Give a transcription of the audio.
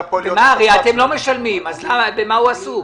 אתם הרי לא משלמים, אז במה הוא עסוק?